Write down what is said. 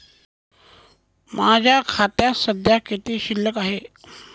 माझ्या खात्यात सध्या किती शिल्लक आहे?